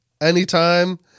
anytime